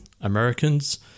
americans